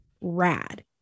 rad